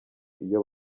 iyo